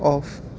off